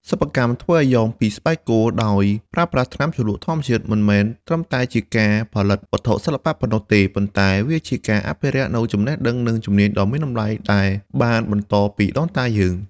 សិប្បកម្មធ្វើអាយ៉ងពីស្បែកគោដោយប្រើប្រាស់ថ្នាំជ្រលក់ធម្មជាតិមិនមែនត្រឹមតែជាការផលិតវត្ថុសិល្បៈប៉ុណ្ណោះទេ ប៉ុន្តែវាជាការអភិរក្សនូវចំណេះដឹងនិងជំនាញដ៏មានតម្លៃដែលបានបន្តពីដូនតាយើង។